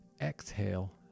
exhale